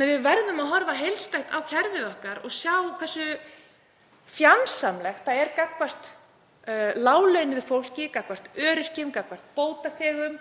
Við verðum að horfa heildstætt á kerfið og sjá hversu fjandsamlegt það er gagnvart láglaunafólki, gagnvart öryrkjum, gagnvart bótaþegum